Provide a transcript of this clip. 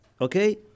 Okay